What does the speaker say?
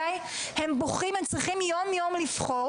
הם בוכים, הם צריכים לבחור יום-יום